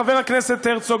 חבר הכנסת הרצוג,